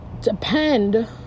depend